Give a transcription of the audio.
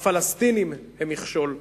הפלסטינים הם מכשול לשלום.